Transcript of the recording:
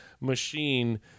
machine